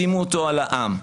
שימו אותו על העם ,